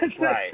right